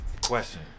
question